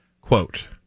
Quote